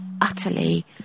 utterly